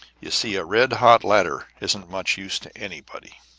you see, a red-hot ladder isn't much use to anybody.